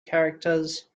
characters